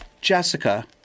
Jessica